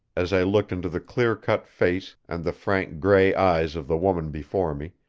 as i looked into the clear-cut face and the frank gray eyes of the woman before me,